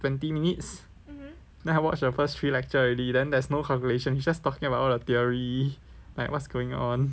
twenty minutes then I watched the first three lecture already then there's no calculation it's just talking about all the theory like what's going on